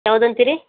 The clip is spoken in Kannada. ಯಾವುದಂತಿರಿ